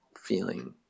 feeling